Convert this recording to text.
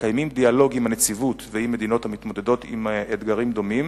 מקיימים דיאלוג עם הנציבות ועם מדינות המתמודדות עם אתגרים דומים,